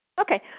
Okay